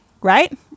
right